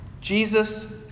Jesus